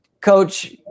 Coach